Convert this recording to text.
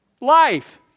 life